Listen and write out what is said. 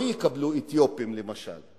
לא יקבלו אתיופים, למשל.